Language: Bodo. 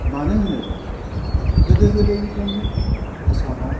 मानो होनोबा गोदो गोदायनिफ्रायनो आसामाव